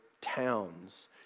towns